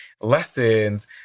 lessons